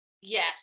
yes